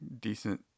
decent